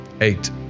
eight